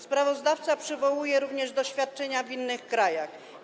Sprawozdawca przywołuje również doświadczenia innych krajów.